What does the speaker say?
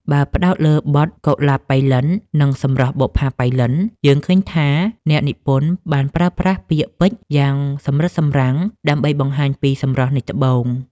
បើផ្ដោតលើបទ កុលាបប៉ៃលិន និង សម្រស់បុប្ផាប៉ៃលិន យើងឃើញថាអ្នកនិពន្ធបានប្រើប្រាស់ពាក្យពេចន៍យ៉ាងសម្រិតសម្រាំងដើម្បីបង្ហាញពីសម្រស់នៃត្បូង។